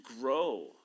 grow